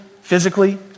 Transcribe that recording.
physically